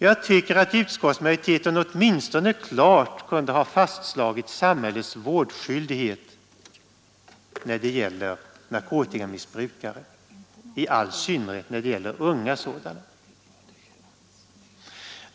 Utskottsmajoriteten kunde åtminstone klart ha fastslagit samhällets vårdskyldighet när det gäller narkotikamissbrukare, i all synnerhet unga sådana.